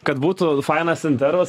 kad būtų fainas intervas